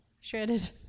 Shredded